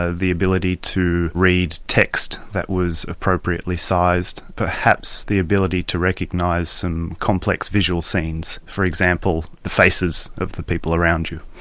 ah the ability to read text that was appropriately sized, perhaps the ability to recognise some complex visual scenes for example the faces of the people around you.